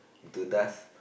into dust